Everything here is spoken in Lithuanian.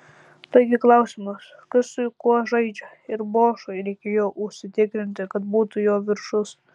taigi klausimas kas su kuo žaidžia ir bošui reikėjo užsitikrinti kad būtų jo viršus